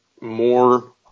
more